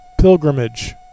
pilgrimage